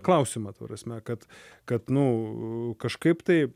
klausimą ta prasme kad kad nu kažkaip taip